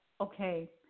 okay